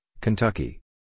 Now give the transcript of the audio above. Kentucky